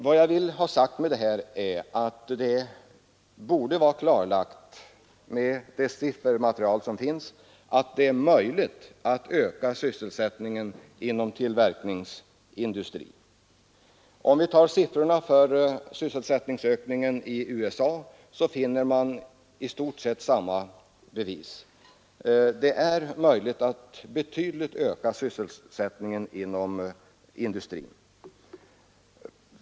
Med detta vill jag ha sagt att det med föreliggande siffermaterial borde vara klarlagt att det är möjligt att öka sysselsättningen inom tillverkningsindustrin. Om vi tar siffrorna för sysselsättningsökningen i USA finner vi i stort sett samma utveckling. Det är möjligt att betydligt öka sysselsättningen inom industrin.